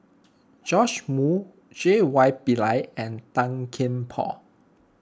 Joash Moo J Y Pillay and Tan Kian Por